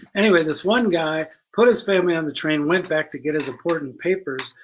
anyway this one guy put his family on the train, went back to get his important papers.